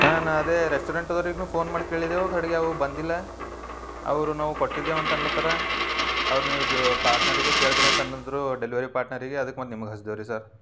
ಹಾಂ ನಾ ಅದೇ ರೆಸ್ಟೋರೆಂಟ್ ಅದ್ರಿಗ್ನು ಫೋನ್ ಮಾಡಿ ಕೇಳಿದೆವು ಕಡೆಕ್ ಅವ ಬಂದಿಲ್ಲ ಅವರು ನಾವು ಕೊಟ್ಟಿದೇವು ಅಂತ ಅನ್ಲತರ ಅವ್ರ ನೀವು ಸು ಪಾಟ್ನರಿಗೆ ಕೇಳಿ ರೀ ಅಂತ ಅನ್ನುದ್ರು ಡೆಲ್ವರಿ ಪಾಟ್ನರಿಗೆ ಅದಕ್ಕೆ ಮತ್ತು ನಿಮ್ಗ ಹಚ್ದೇವ್ರಿ ಸರ್